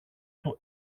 του